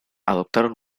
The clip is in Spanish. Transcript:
adoptaron